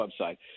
website